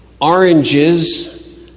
oranges